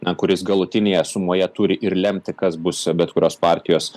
na kuris galutinėje sumoje turi ir lemti kas bus bet kurios partijos